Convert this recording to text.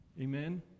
Amen